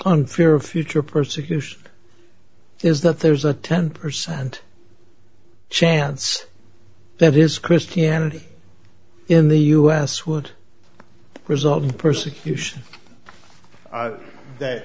on fear of future persecution is that there's a ten percent chance that is christianity in the u s would result in the persecution that